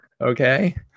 okay